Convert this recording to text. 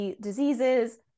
diseases